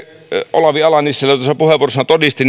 olavi ala nissilä tuossa puheenvuorossaan todisti